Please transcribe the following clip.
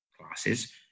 classes